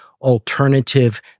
alternative